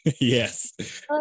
Yes